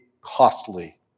costly